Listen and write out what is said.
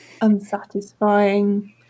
unsatisfying